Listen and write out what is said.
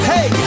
Hey